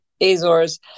Azores